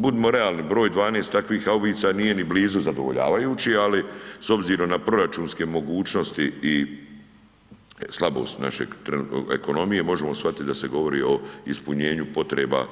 Budimo realni broj 12 takvih haubica nije ni blizu zadovoljavajući, ali s obzirom na proračunske mogućnosti i slabost naše ekonomije možemo shvatiti da se govori o ispunjenju potreba